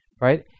right